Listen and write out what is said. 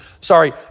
sorry